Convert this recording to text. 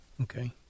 Okay